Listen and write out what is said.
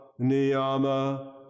niyama